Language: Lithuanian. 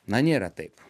na nėra taip